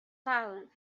silent